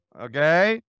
okay